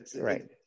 Right